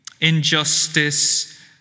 injustice